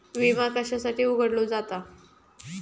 विमा कशासाठी उघडलो जाता?